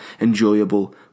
enjoyable